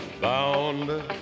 Bound